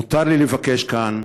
מותר לי לבקש כאן: